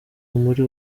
muri